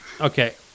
Okay